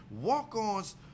Walk-ons